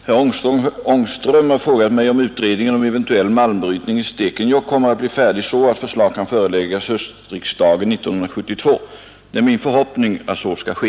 Herr talman! Herr Ångström har frågat mig om utredningen om eventuell malmbrytning i Stekenjokk kommer att bli färdig så att förslag kan föreläggas höstriksdagen 1972. Det är min förhoppning att så skall ske.